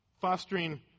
fostering